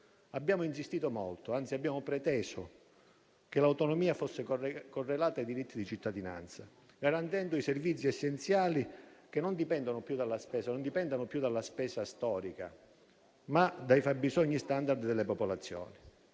Abbiamo insistito molto - anzi, lo abbiamo preteso - affinché l'autonomia fosse correlata ai diritti di cittadinanza, garantendo i servizi essenziali, in modo che non dipendano più dalla spesa storica, ma dai fabbisogni *standard* delle popolazioni.